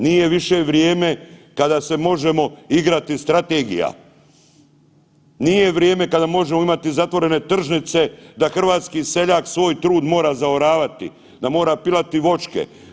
Nije više vrijeme kada se možemo igrati strategija, nije vrijeme kada možemo imati zatvorene tržnice da hrvatski seljak mora zaoravati, da mora pilati voćke.